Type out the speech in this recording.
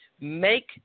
make